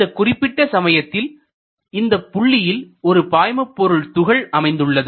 இந்த குறிப்பிட்ட சமயத்தில் இந்தப் புள்ளியில் ஒரு பாய்மபொருள் துகள் அமைந்துள்ளது